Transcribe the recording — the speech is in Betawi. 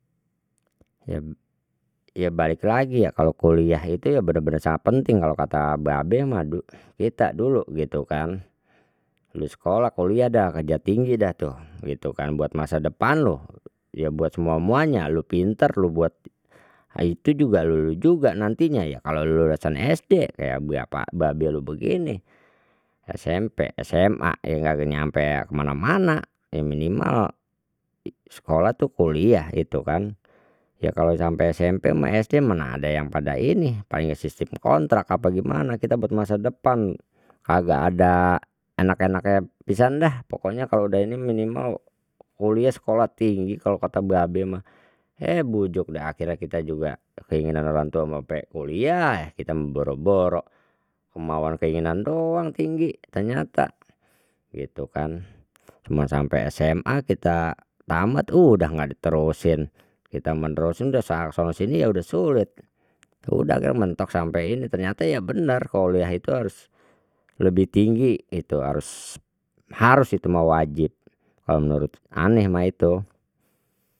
Ya ya balik lagi ya kalau kuliah itu ya benar benar sangat penting kalau kata babeh mah du kita dulu gitu kan, lu sekolah kuliah dah kerja tinggi dah tuh gitu kan buat masa depan lu ya buat semua muanya lu pintar lu buat itu juga lu lu juga nantinya ya kalau lu lulusan SD kayak bapak babe lu begini, SMP SMA ya enggak ada nyampe kemana mana ya minimal sekolah tuh kuliah itu kan ya kalau sampai SMP ama SD mana ada yang pada ini paling sistim kontrak apa gimana kita buat masa depan kagak ada enak enaknye pisan deh pokoknya kalau udah ini minimal kuliah sekolah tinggi kalau kata babeh mah eh bujuk deh akhirnya kita juga keinginan orang tua mah mpe kuliah ya kita mah boro boro kemauan keinginan doang tinggi ternyata gitu kan cuma sampai SMA kita tamat sudah enggak diterusin kita menerusin sudah usaha sana sini ya sudah sulit udah ge mentok sampai ini ternyata ya benar kuliah itu harus lebih tinggi itu harus harus itu mah wajib kalau menurut aneh mah itu.